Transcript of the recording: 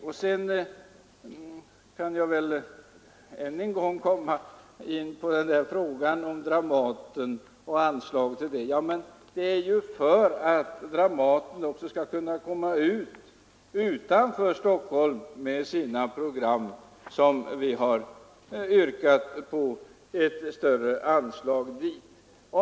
Jag kan naturligtvis än en gång ta upp frågan om anslaget till Dramaten. Det är bl.a. för att Dramaten skall kunna komma ut utanför Stockholm med sina program som vi har yrkat på ett högre anslag.